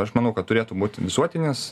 aš manau kad turėtų būti visuotinis